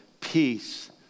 peace